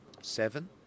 seven